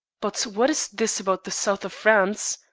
but what is this about the south of france?